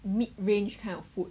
mid range kind of food